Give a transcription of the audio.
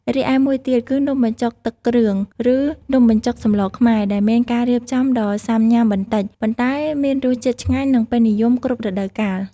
រីឯមួយទៀតគឺ នំបញ្ចុកទឹកគ្រឿង ឬនំបញ្ចុកសម្លរខ្មែរ ដែលមានការរៀបចំដ៏សាំញ៉ាំបន្តិច ប៉ុន្តែមានរសជាតិឆ្ងាញ់និងពេញនិយមគ្រប់រដូវកាល។